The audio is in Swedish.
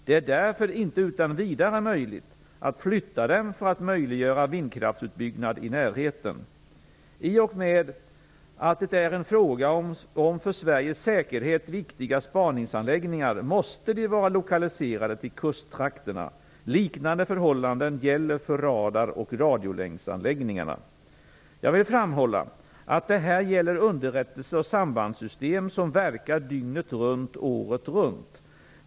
Det är därför inte utan vidare möjligt att flytta dem för att möjliggöra vindkraftsutbyggnad i närheten. I och med att det är en fråga om för Sveriges säkerhet viktiga spaningsanläggningar måste de vara lokaliserade till kusttrakterna. Liknande förhållanden gäller för radaroch radiolänksanläggningarna. Jag vill framhålla att det här gäller underrättelseoch sambandssystem som verkar dygnet runt, året runt.